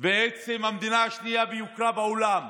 בעצם המדינה השנייה ביוקרה בעולם,